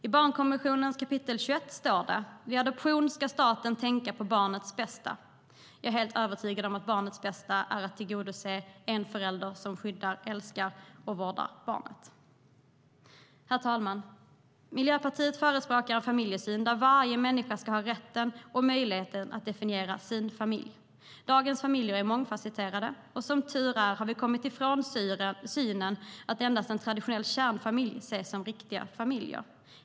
I barnkonventionens kap. 21 står att vid adoption ska staten tänka på barnets bästa. Jag är helt övertygad om att barnets bästa är att åtminstone ha en föräldrar som älskar, skyddar och vårdar det. Herr talman! Miljöpartiet förespråkar en familjesyn där varje människa ska ha rätten och möjligheten att definiera sin familj. Dagens familjer är mångfasetterade, och som tur är har vi kommit ifrån synen att endast traditionella kärnfamiljer ses som "riktiga" familjer.